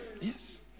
Yes